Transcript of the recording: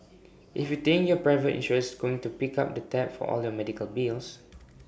if you think your private insurer's going to pick up the tab for all your medical bills